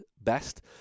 best